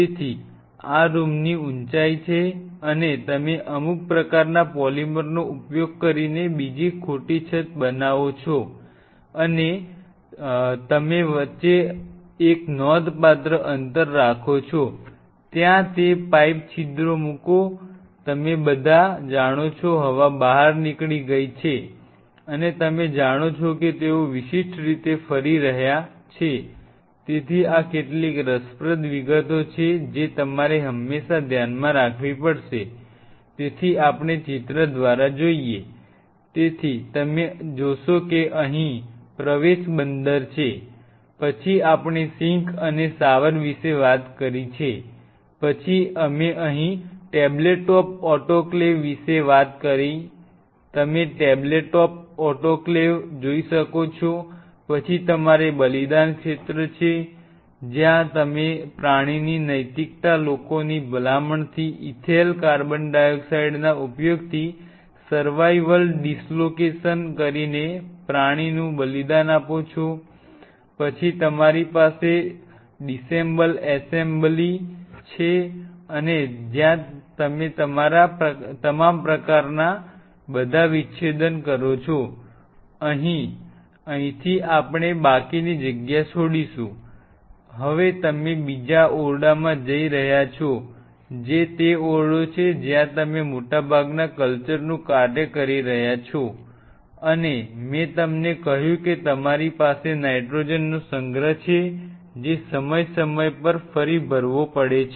તેથી આ રૂમની ઊંચાઈ છે અને તમે અમુક પ્રકારના પોલિમરનો ઉપયોગ કરીને બીજી ખોટી છત બનાવો છો અને વચ્ચે એક નોંધપાત્ર અંતર રાખો છો ત્યાં તે પાઇપ છિદ્રો મૂકો નો સંગ્રહ છે જે સમય સમય પર ફરી ભરવો પડે છે